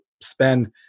spend